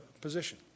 position